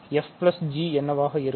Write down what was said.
fg என்னவாக இருக்கும்